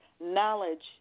Knowledge